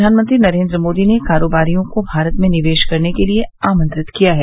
प्रधानमंत्री नरेन्द्र मोदी ने कारोबारियों को भारत में निर्वेश करने के लिए आमंत्रित किया है